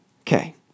Okay